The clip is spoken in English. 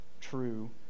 true